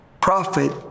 prophet